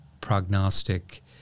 prognostic